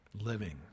Living